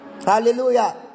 Hallelujah